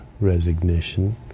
resignation